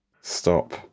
Stop